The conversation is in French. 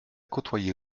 côtoyé